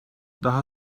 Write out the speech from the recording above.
daha